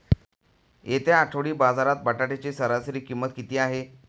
येत्या आठवडी बाजारात बटाट्याची सरासरी किंमत किती आहे?